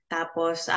Tapos